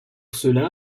cela